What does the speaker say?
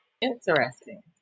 Interesting